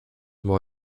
more